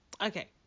Okay